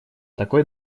такой